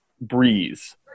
Breeze